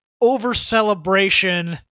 over-celebration